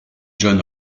john